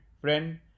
friend